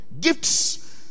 gifts